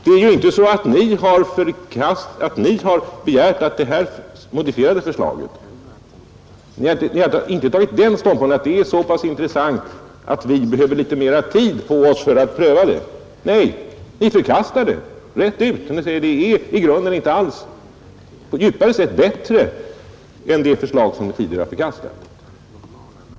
Det är ju inte så att ni har intagit den ståndpunkten, att det modifierade förslaget är så intressant att vi skulle behöva litet mera tid på oss för att pröva det; nej, ni förkastar det rätt ut. Ni säger att det i grunden, och djupare sett, inte alls är bättre än det förslag som ni tidigare har förkastat.